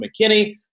McKinney